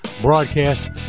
Broadcast